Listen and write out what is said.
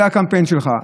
זה הקמפיין שלך.